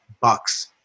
Bucks